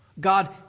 God